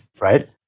right